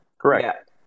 Correct